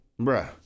Bruh